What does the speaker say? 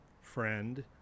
friend